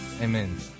Amen